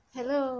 Hello